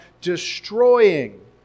destroying